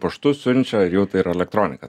paštu siunčia ir jau tai yra elektronika